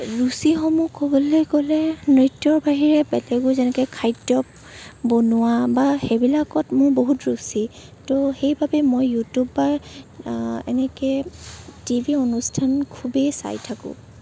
ৰুচিসমূহ ক'বলৈ গ'লে নৃত্য বাহিৰে বেলেগেবোৰ যেনে খাদ্য বনোৱা বা সেইবিলাকত মোৰ বহুত ৰুচি তো সেইবাবে মই ইউটিউব বা এনেকৈ টিভি অনুষ্ঠান খুবেই চাই থাকোঁ